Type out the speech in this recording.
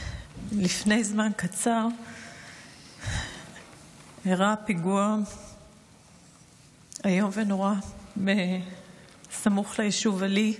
לפני זמן קצר אירע פיגוע איום ונורא סמוך ליישוב עלי.